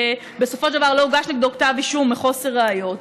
בסופו של דבר לא הוגש נגדו כתב אישום מחוסר ראיות.